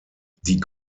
die